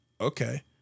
Okay